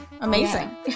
amazing